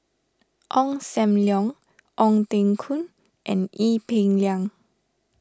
Ong Sam Leong Ong Teng Koon and Ee Peng Liang